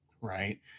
right